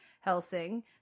Helsing